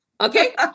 Okay